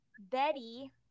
Betty